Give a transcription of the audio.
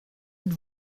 êtes